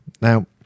Now